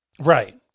Right